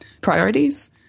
priorities